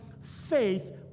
faith